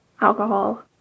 alcohol